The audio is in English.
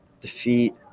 defeat